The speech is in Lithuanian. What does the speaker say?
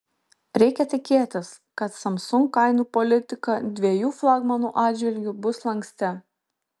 reikia tikėtis kad samsung kainų politika dviejų flagmanų atžvilgiu bus lanksti